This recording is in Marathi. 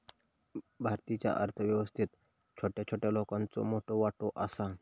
भारतीच्या अर्थ व्यवस्थेत छोट्या छोट्या लोकांचो मोठो वाटो आसा